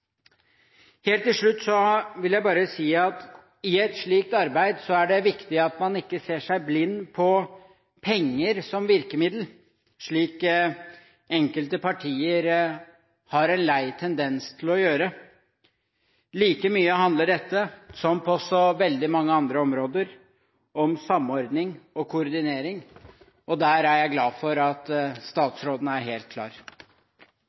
Helt til slutt vil jeg bare si at i et slikt arbeid er det viktig at man ikke ser seg blind på penger som virkemiddel, slik enkelte partier har en lei tendens til å gjøre. Like mye handler dette, som på så veldig mange andre områder, om samordning og koordinering. Der er jeg glad for at statsråden er helt klar.